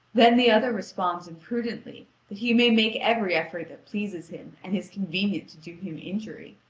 then the other responds imprudently that he may make every effort that pleases him and is convenient to do him injury,